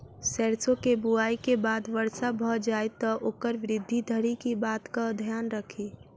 सैरसो केँ बुआई केँ बाद वर्षा भऽ जाय तऽ ओकर वृद्धि धरि की बातक ध्यान राखि?